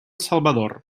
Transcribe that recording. salvador